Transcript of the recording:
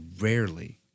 rarely